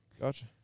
Gotcha